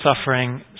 suffering